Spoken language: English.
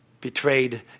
betrayed